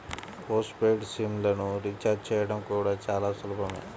post paid SIM లను recharge చేయడం కూడా చాలా సులభమే